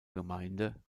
gemeinde